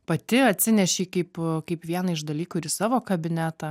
pati atsinešei kaip kaip vieną iš dalykų ir į savo kabinetą